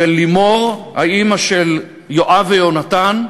של לימור, אימא של יואב ויונתן,